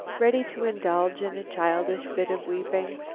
ready to indulge in a childish bit of weeping.